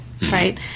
Right